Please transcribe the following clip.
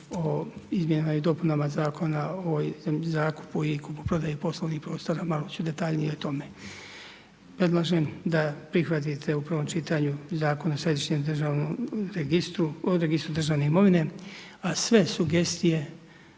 o izmjenama i dopunama Zakona o zakupu i kupoprodaji poslovnih prostora, malo ću detaljnije o tome. Predlažem da prihvatite u prvom čitanju Zakon o središnjem državnom registru, registru državne imovine, a sve sugestije